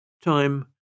Time